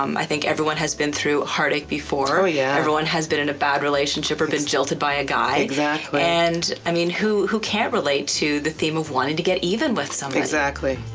um i think everyone has been through heartache before, yeah everyone has been in a bad relationship or been jilted by a guy. exactly. and i mean who who can't relate to the theme of wanting to get even with somebody? exactly.